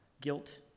guilt